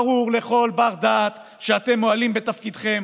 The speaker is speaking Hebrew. ברור לכל בר-דעת שאתם מועלים בתפקידכם